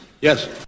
Yes